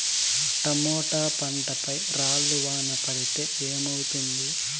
Tomato పంట పై రాళ్లు వాన పడితే ఏమవుతుంది?